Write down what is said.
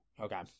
Okay